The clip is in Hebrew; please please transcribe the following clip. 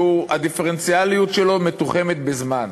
שהדיפרנציאליות שלו מתוחמת בזמן,